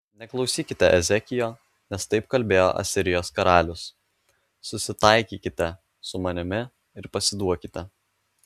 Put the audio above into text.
neklausykite ezekijo nes taip kalbėjo asirijos karalius susitaikykite su manimi ir pasiduokite